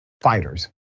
fighters